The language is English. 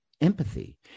empathy